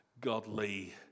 godly